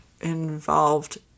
involved